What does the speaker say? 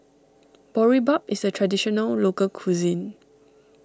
Boribap is a Traditional Local Cuisine